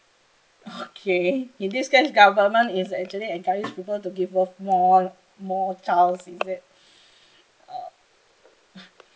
okay in this case government is actually encourage people to give birth more more child is it err